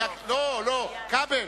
כבל,